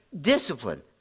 Discipline